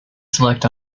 select